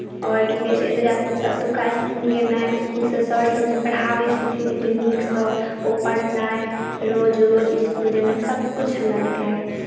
आओर की कहैत् छै एतुका एतुका इस्कुल जेनाइ स्कूलसँ सरसभ जे पढ़ाबैत छथिन एतेक नीकसँ ओ पढ़नाइ रोज रोज इस्कुल जेनाइ सभकिछु हमरा नीक लगैए